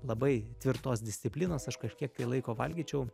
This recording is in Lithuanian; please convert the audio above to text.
labai tvirtos disciplinos aš kažkiek tai laiko valgyčiau